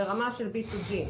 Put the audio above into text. ברמה של B2G,